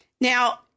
Now